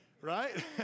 Right